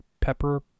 pepper